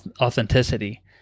authenticity